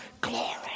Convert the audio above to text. glory